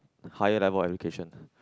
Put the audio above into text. higher level education